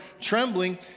trembling